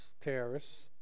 terrorists